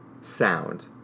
sound